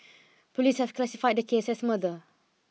police have classified the case as murder